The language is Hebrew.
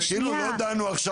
אילו לא דנו עכשיו,